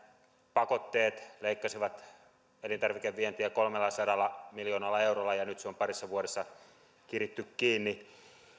pakotteet leikkasivat elintarvikevientiä kolmellasadalla miljoonalla eurolla ja nyt se on parissa vuodessa kiritty kiinni